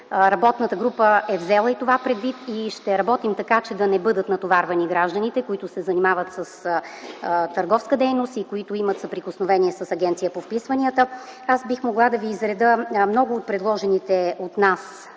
Работната група е взела и това предвид и ще работим така, че да не бъдат натоварвани гражданите, които се занимават с търговска дейност и имат съприкосновение с Агенция по вписванията. Бих могла да ви изредя много от предложените от нас